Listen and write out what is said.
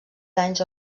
danys